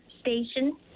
station